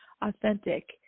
authentic